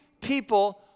people